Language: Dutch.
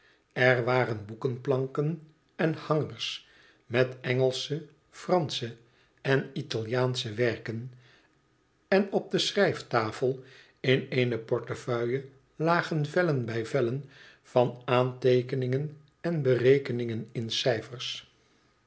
er waren boekenplanken en hangers met engelsche fransche en italiaansche werken en op de schrijftafel in eene portefeuille lagen vellen bij vellen van aanteekeningen en berekeningen in cijfers